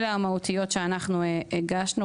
אלה הן ההסתייגויות המהותיות שאנחנו הגשנו.